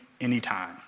anytime